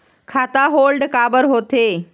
खाता होल्ड काबर होथे?